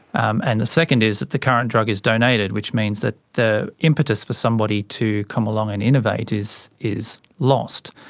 um and the second is that the current drug is donated, which means that the impetus for somebody to come along and innovate is is lost.